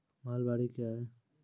महलबाडी क्या हैं?